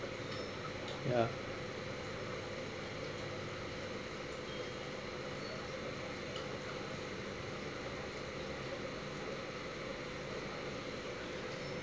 ya